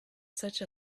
such